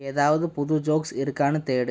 ஏதாவது புது ஜோக்ஸ் இருக்கானு தேடு